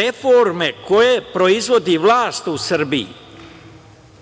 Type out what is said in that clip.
reforme koje proizvodi vlast u Srbiji